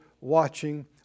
watching